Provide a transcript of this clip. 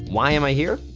why am i here?